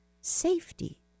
safety